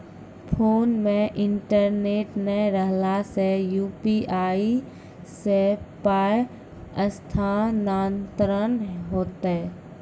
Phone मे internet नै रहला सॅ, यु.पी.आई सॅ पाय स्थानांतरण हेतै?